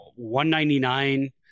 199